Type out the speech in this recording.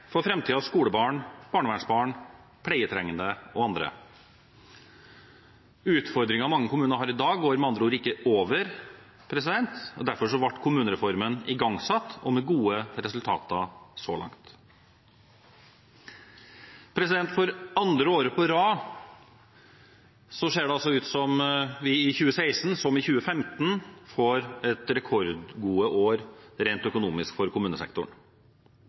for framtidens skolebarn, barnevernsbarn, pleietrengende og andre. Utfordringene mange kommuner har i dag, går med andre ord ikke over, og derfor ble kommunereformen igangsatt – med gode resultater så langt. For andre året på rad ser det ut som om vi i 2016, som i 2015, får et rekordgodt år rent økonomisk for kommunesektoren.